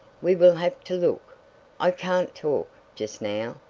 we will have to look i can't talk just now.